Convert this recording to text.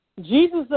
Jesus